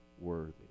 worthy